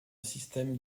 système